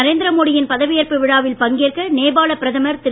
நரேந்திர மோடியின் பதவியேற்பு விழாவில் பங்கேற்க நேபாள பிரதமர் திரு